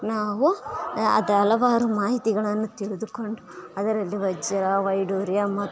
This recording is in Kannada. ನಾವು ಅದು ಹಲವಾರು ಮಾಹಿತಿಗಳನ್ನು ತಿಳಿದುಕೊಂಡು ಅದರಲ್ಲಿ ವಜ್ರ ವೈಢೂರ್ಯ ಮತ್ತು